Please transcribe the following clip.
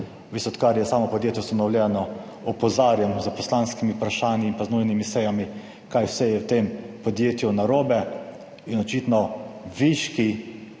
v bistvu odkar je samo podjetje ustanovljeno, opozarjam s poslanskimi vprašanji in pa z nujnimi sejami, kaj vse je v tem podjetju narobe. In očitno viški